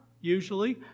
usually